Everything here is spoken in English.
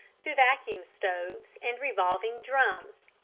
to vacuum stoves and revolving drums.